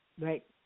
Right